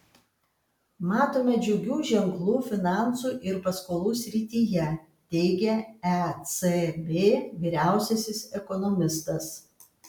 matome džiugių ženklų finansų ir paskolų srityje teigia ecb vyriausiasis ekonomistas